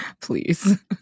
Please